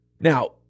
Now